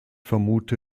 vermute